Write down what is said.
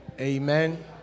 Amen